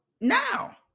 now